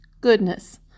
goodness